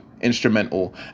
instrumental